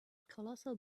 colossal